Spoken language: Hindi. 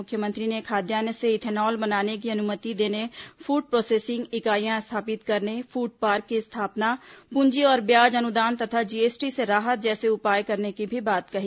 मख्यमंत्री ने खाद्यान्न से इथेनॉल बनाने की अनुमति देने फूड प्रोसेसिंग इकाईयां स्थापित करने फूड पार्क की स्थापना पूंजी और ब्याज अनुदान तथा जीएसटी से राहत जैसे उपाय करने की भी बात कही